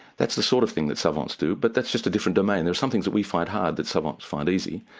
that's the sort of thing that savants do but that's just a different domain, there are some things that we find hard that savants find easy.